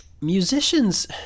musicians